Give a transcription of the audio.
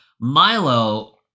Milo